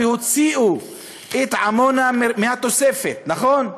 הוציאו את עמונה מהתוספת, נכון?